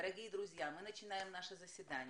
(תרגום מהשפה הרוסית):